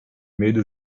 made